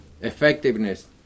effectiveness